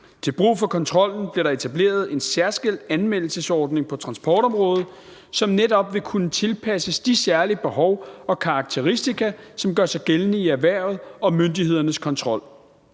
Til brug for kontrollen bliver der etableret en særskilt anmeldelsesordning på transportområdet, som netop vil kunne tilpasses de særlige behov og karakteristika, som gør sig gældende i erhvervet og myndighedernes kontrol.